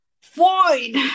fine